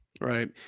Right